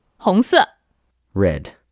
红色。Red